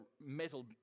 metal